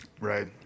right